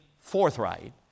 forthright